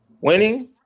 winning